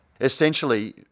Essentially